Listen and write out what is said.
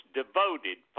devoted